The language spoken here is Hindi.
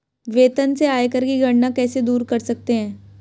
वेतन से आयकर की गणना कैसे दूर कर सकते है?